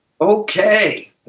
okay